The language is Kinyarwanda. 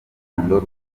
rukundo